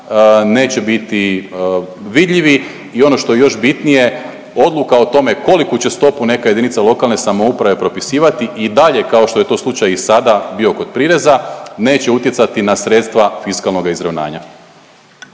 neće biti vidljivi i ono što je još bitnije, odluka o tome koliku će stopu neka jedinica lokalne samouprave pripisivati i dalje kao što je to slučaj i sada bio kod prireza, neće utjecati na sredstva fiskalnoga izravnanja.